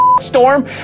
storm